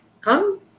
come